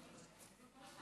יושב-ראש הכנסת וראש